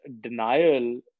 denial